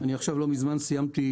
נכונה,